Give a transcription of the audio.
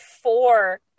four